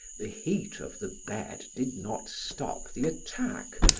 the heat of the bed did not stop the attack,